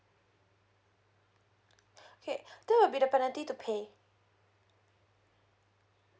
okay there will be a penalty to pay